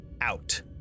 out